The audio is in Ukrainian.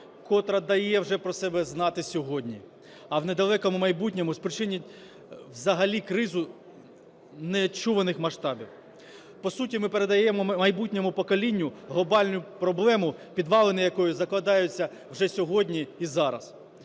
котра дає вже про себе знати сьогодні, а в недалекому майбутньому спричинить взагалі кризу нечуваних масштабів. По суті ми передаємо майбутньому поколінню глобальну проблему, підвалини якої закладаються вже сьогодні і зараз.